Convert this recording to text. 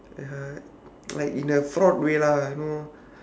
ya like in a fraud way lah you know